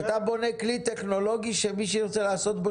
אתה בונה כלי טכנולוגי שמי שירצה לעשות בו